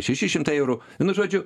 šeši šimtai eurų nu žodžiu